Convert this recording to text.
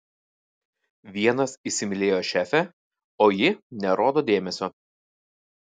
vienas įsimylėjo šefę o ji nerodo dėmesio